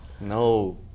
no